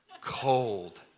cold